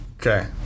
Okay